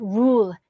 rule